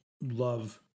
love